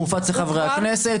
הוא הופץ לחברי הכנסת,